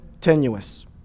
tenuous